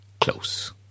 close